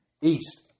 east